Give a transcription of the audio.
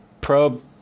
Probe